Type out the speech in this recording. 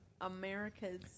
America's